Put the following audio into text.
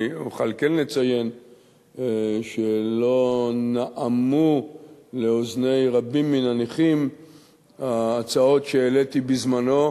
אני אוכל כן לציין שלא נעמו לאוזני רבים מן הנכים ההצעות שהעליתי בזמני,